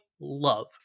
love